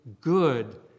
good